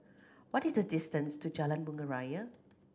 what is the distance to Jalan Bunga Raya